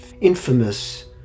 infamous